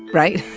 right?